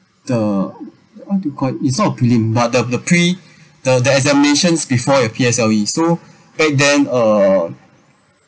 the how to call is not a prelim but the the pre~ the the examinations before your P_S_L_E so back then uh